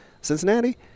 Cincinnati